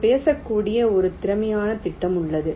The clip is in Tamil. நாம் பேசக்கூடிய ஒரு திறமையான திட்டம் உள்ளது